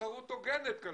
הוגנת.